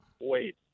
Wait